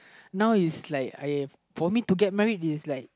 now is like I for me to get married is like